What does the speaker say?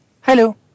Hello